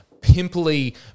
pimply